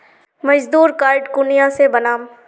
मजदूर कार्ड कुनियाँ से बनाम?